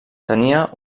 tenia